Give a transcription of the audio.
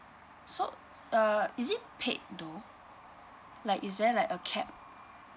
so err is it paid though like is there like a cap